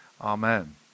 amen